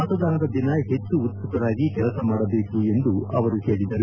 ಮತದಾನದ ದಿನ ಹೆಚ್ಚು ಉತ್ತುಕರಾಗಿ ಕೆಲಸ ಮಾಡಬೇಕು ಎಂದು ಅವರು ಹೇಳಿದರು